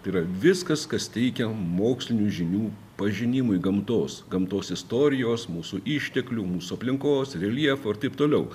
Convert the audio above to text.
tai yra viskas kas teikia mokslinių žinių pažinimui gamtos gamtos istorijos mūsų išteklių mūsų aplinkos reljefo ir taip toliau